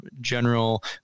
general